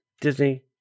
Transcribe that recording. Disney